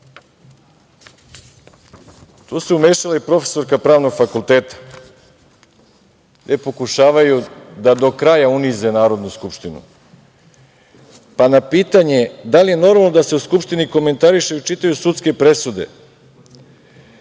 se umešala i profesorka Pravnog fakulteta, gde pokušavaju da do kraja unize Narodnu skupštinu, pa na pitanje - da li je normalno da se u Skupštini komentarišu i čitaju sudske presude,